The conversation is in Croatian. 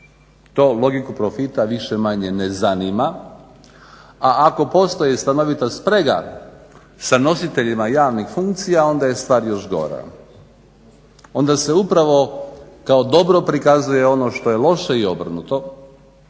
To logiku profita više-manje ne zanima a ako postoji stanovita sprega sa nositeljima javnih funkcija onda je stvar još gora. Onda se upravo kao dobro prikazuje ono što ej loše i obrnuto.